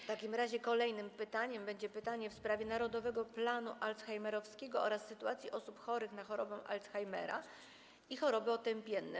W takim razie kolejnym pytaniem będzie pytanie w sprawie „Narodowego planu alzheimerowskiego” oraz sytuacji osób chorych na chorobę Alzheimera i choroby otępienne.